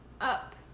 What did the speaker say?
up